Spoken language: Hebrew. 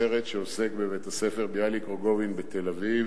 הסרט שעוסק בבית-הספר "ביאליק-רוגוזין" בתל-אביב,